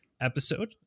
episode